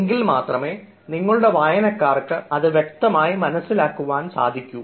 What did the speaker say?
എങ്കിൽ മാത്രമേ നിങ്ങളുടെ വായനക്കാർക്ക് അത് വ്യക്തമായി മനസ്സിലാക്കാൻ സാധിക്കൂ